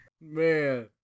man